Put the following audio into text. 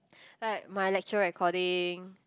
like my lecture recording